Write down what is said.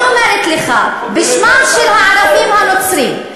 אני אומרת לך בשמם של הערבים הנוצרים,